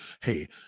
Hey